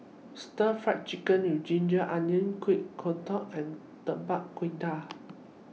Stir Fry Chicken with Ginger Onion Kuih Kodok and Tapak Kuda